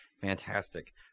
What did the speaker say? Fantastic